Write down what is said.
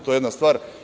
To je jedna stvar.